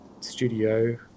studio